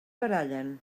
barallen